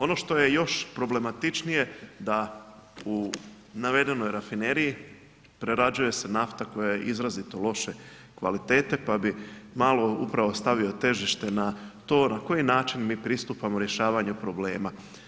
Ono što je još problematičnije da u navedenoj rafineriji prerađuje se nafta koja je izrazito loše kvalitete pa bih malo upravo stavio težište na to na koji način mi pristupamo rješavanju problema.